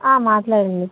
మాట్లాడండి